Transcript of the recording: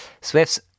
Swift's